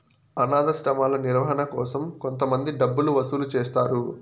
అనాధాశ్రమాల నిర్వహణ కోసం కొంతమంది డబ్బులు వసూలు చేస్తారు